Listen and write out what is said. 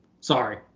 Sorry